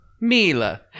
Mila